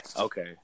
Okay